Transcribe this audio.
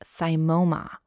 thymoma